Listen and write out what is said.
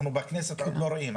אנחנו בכנסת עוד לא רואים,